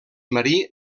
marí